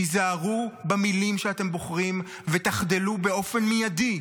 תיזהרו במילים שאתם בוחרים ותחדלו באופן מיידי,